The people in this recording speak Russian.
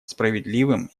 справедливым